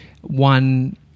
one